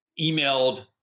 emailed